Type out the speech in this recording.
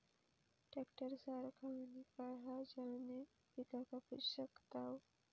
Tractor सारखा आणि काय हा ज्याने पीका कापू शकताव?